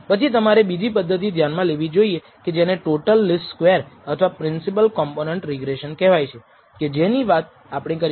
પછી તમારે બીજી પદ્ધતિ ધ્યાનમાં લેવી જોઈએ કે જેને ટોટલ લીસ્ટ સ્ક્વેર અથવા પ્રિન્સિપાલ કોમ્પોનન્ટ રિગ્રેસન કહેવાય છે કે જેની વાત આપણે પછી કરશું